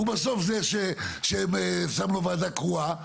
הוא בסוף זה ששם לו ועדה קרואה,